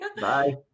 Bye